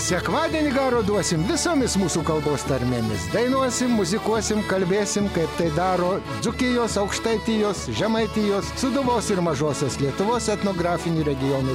sekmadienį garo duosim visomis mūsų kalbos tarmėmis dainuosim muzikuosim kalbėsim kaip tai daro dzūkijos aukštaitijos žemaitijos sūduvos ir mažosios lietuvos etnografinių regionų